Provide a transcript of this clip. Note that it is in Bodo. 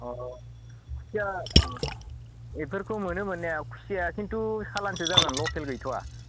अ अ खुसिया अ बेफोरखौ मोनो मोननाया खुसियाया खिन्थु सालानसो जागोन लकेल गैथ'आ